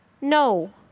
No